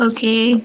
Okay